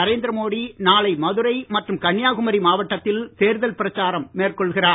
நரேந்திர மோடி நாளை மதுரை மற்றும் கன்னியாகுமாரி மாவட்டத்தில் தேர்தல் பிரச்சாரம் மேற்கொள்கிறார்